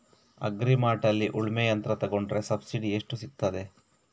Agri ಮಾರ್ಟ್ನಲ್ಲಿ ಉಳ್ಮೆ ಯಂತ್ರ ತೆಕೊಂಡ್ರೆ ಸಬ್ಸಿಡಿ ಎಷ್ಟು ಸಿಕ್ತಾದೆ?